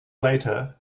later